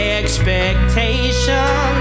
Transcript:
expectations